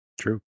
True